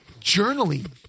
journaling